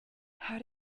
how